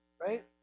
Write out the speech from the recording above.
Right